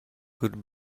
could